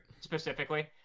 specifically